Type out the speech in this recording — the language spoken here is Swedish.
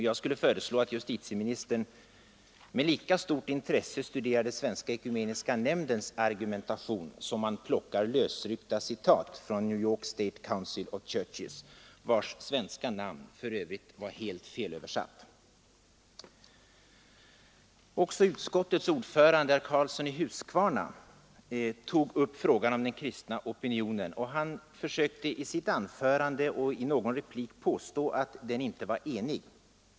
Jag skulle vilja föreslå att justitieministern med lika stort intresse studerade Svenska ekumeniska nämndens argumentation som han plockar lösryckta citat från New York State Council of Churches, vars namn för övrigt blev fel översatt. Även utskottets ordförande, herr Karlsson i Huskvarna, tog upp den kristna opinionen i abortfrågan. Han försökte att i sitt anförande och i någon replik påstå att den inte var enig.